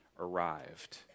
arrived